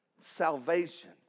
Salvation